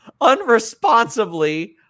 unresponsibly